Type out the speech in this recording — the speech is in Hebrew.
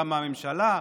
גם מהממשלה,